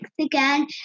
again